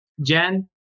Jen